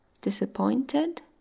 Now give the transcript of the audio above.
disappointed